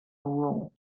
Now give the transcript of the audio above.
role